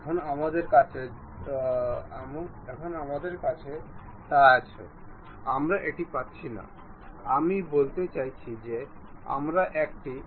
এখন এখানে আমাদের দুটি চাকা উপলব্ধ